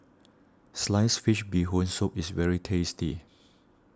Sliced Fish Bee Hoon Soup is very tasty